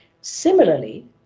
Similarly